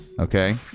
Okay